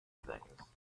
things